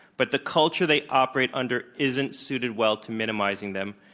but the culture they operate under isn't suited well to minimizing them.